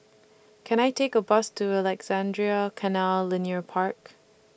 Can I Take A Bus to Alexandra Canal Linear Park